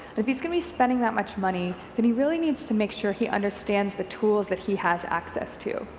if he's going to be spending that much money, then he really wants to make sure he understands the tools that he has access to,